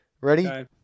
Ready